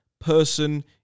person